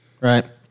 Right